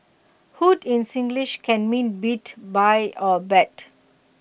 hoot in Singlish can mean beat buy or bet